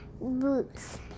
boots